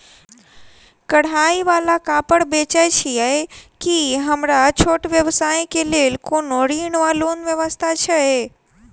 कढ़ाई वला कापड़ बेचै छीयै की हमरा छोट व्यवसाय केँ लेल कोनो ऋण वा लोन व्यवस्था छै?